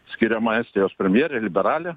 skiriama estijos premjerė liberalė